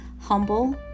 humble